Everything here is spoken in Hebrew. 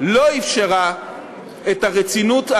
לא אפשרה את הרצינות,